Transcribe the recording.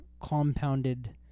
compounded